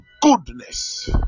goodness